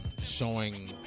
showing